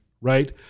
right